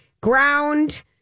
ground